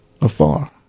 afar